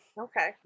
Okay